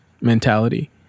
mentality